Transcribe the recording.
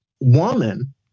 woman